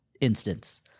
instance